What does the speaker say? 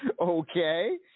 Okay